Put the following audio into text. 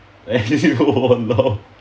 eh you !walao!